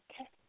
okay